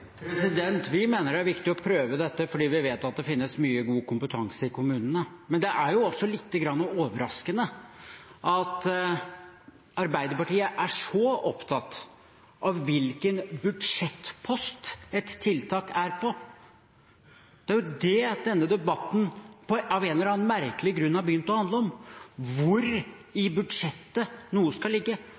Vi mener det er viktig å prøve dette fordi vi vet det finnes mye god kompetanse i kommunene. Det er lite grann overraskende at Arbeiderpartiet er så opptatt av hvilken budsjettpost et tiltak er på. Det er det denne debatten av en eller annen merkelig grunn har begynt å handle om – hvor i budsjettet noe skal ligge,